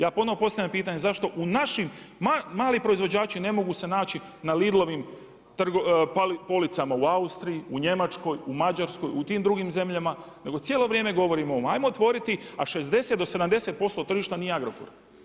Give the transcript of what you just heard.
Ja ponovno postavljam pitanje zašto u našim naši mali proizvođači ne mogu se naći na Lidlovim policama u Austriji, u Njemačkoj, u Mađarskoj, u tim drugim zemljama, nego cijelo vrijeme govorimo hajmo otvoriti, a 60 do 70% tržišta nije Agrokor.